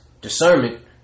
Discernment